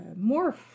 more